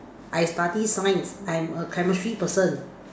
I study science I'm a Chemistry person